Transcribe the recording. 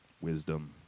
wisdom